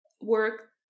work